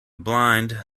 blind